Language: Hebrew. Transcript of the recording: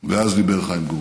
ואז דיבר חיים גורי.